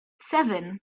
seven